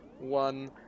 one